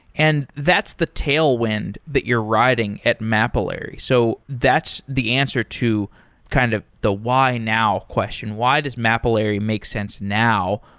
and that's the tailwind that you're riding at mapillary. so that's the answer to kind of the why now question, why does mapillary make sense now,